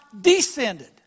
descended